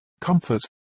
comfort